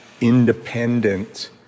independent